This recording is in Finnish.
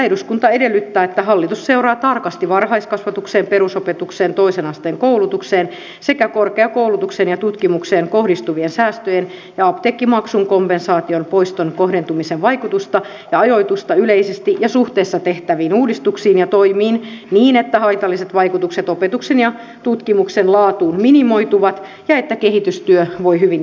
eduskunta edellyttää että hallitus seuraa tarkasti varhaiskasvatukseen perusopetukseen toisen asteen koulutukseen sekä korkeakoulutukseen ja tutkimukseen kohdistuvien säästöjen ja apteekkimaksun kompensaation poiston kohdentumisen vaikutusta ja ajoitusta yleisesti ja suhteessa tehtäviin uudistuksiin ja toimii niin että haitalliset vaikutukset opetuksen ja tutkimuksen laatuun minimoituvat ja että kehitystyö voi hyvin jatkua